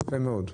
יפה מאוד.